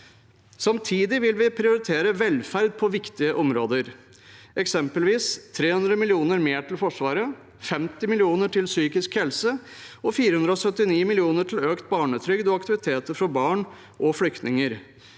Samtidig vil vi prioritere velferd på viktige områder, eksempelvis 300 mill. kr mer til Forsvaret, 50 mill. kr til psykisk helse og 479 mill. kr til økt barnetrygd og aktiviteter for barn og flyktninger.